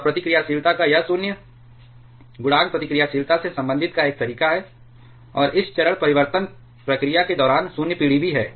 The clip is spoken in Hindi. और प्रतिक्रियाशीलता का यह शून्य गुणांक प्रतिक्रियाशीलता से संबंधित का एक तरीका है और इस चरण परिवर्तन प्रक्रिया के दौरान शून्य पीढ़ी भी है